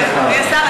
אדוני השר,